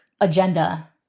agenda